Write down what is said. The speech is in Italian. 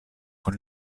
con